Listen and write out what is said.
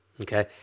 Okay